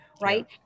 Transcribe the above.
Right